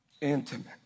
Intimate